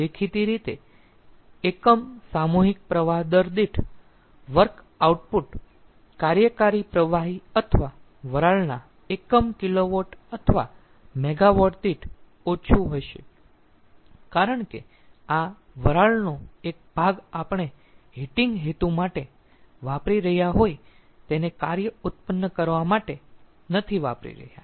દેખીતી રીતે એકમ સામૂહિક પ્રવાહ દર દીઠ વર્ક આઉટપુટ કાર્યકારી પ્રવાહી અથવા વરાળના એકમ કિલોવોટ અથવા મેગાવોટ દીઠ ઓછું હશે કારણ કે આ વરાળનો એક ભાગ આપણે હીટિંગ હેતુ માટે વાપરી રહ્યા હોય તેને કાર્ય ઉત્પન્ન કરવા માટે નથી વાપરી રહ્યા